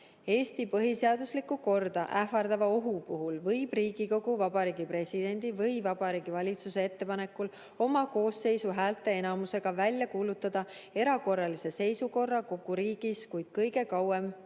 "Eesti põhiseaduslikku korda ähvardava ohu puhul võib Riigikogu Vabariigi Presidendi või Vabariigi Valitsuse ettepanekul oma koosseisu häälteenamusega välja kuulutada erakorralise seisukorra kogu riigis, kuid kõige kauem